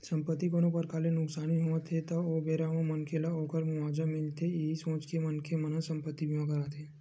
संपत्ति कोनो परकार ले नुकसानी होवत हे ता ओ बेरा म मनखे ल ओखर मुवाजा मिलथे इहीं सोच के मनखे मन संपत्ति बीमा कराथे